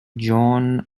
john